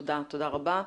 תודה רבה.